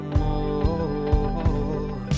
more